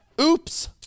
Oops